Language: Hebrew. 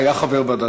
והוא היה חבר ועדת